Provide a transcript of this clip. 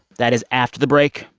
that is after the break.